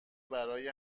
برای